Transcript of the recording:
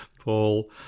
Paul